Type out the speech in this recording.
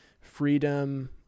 freedom